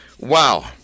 wow